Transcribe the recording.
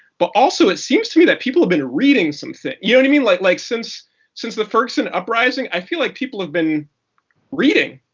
but also, it seems to me that people have been reading some things. yeah and i mean like like since since the ferguson uprising, i feel like people have been reading!